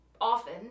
often